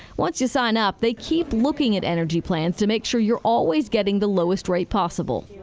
once you sign up, they keep looking at energy plans to make sure you're always getting the lowest rate possible.